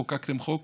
חוקקתם חוק,